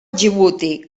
djibouti